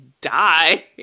die